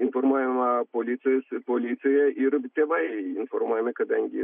informuojama policijos policija ir tėvai informuojami kadangi